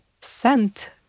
scent